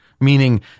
Meaning